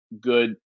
good